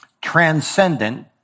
transcendent